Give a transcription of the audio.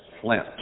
flint